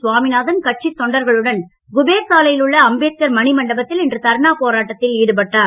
சுவாமிநாதன் கட்சித் தொண்டர்களுடன் குபேர் சாலையில் உள்ள அம்பேத்கார் மணிமண்டபத்தில் இன்று தர்ணா போராட்டத்தில் ஈடுபட்டார்